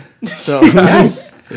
Yes